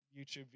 YouTube